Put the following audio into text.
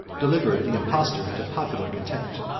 delivered the impostor to popular contempt.